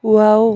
wow